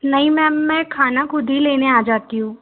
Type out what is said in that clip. नहीं मैम मैं खाना ख़ुद ही लेने आ जाती हूँ